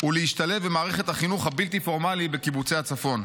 ולהשתלב במערכת החינוך הבלתי-פורמלי בקיבוצי הצפון.